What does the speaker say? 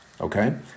okay